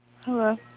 Hello